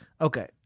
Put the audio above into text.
Okay